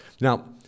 Now